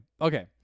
Okay